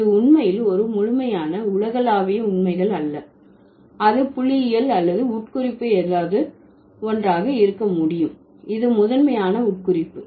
இது உண்மையில் ஒரு முழுமையான உலகளாவிய உண்மை அல்ல அது புள்ளியியல் அல்லது உட்குறிப்பு அல்லது ஏதாவது ஒன்றாக இருக்க முடியும் இது முதன்மையான உட்குறிப்பு